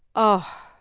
oh.